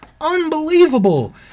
Unbelievable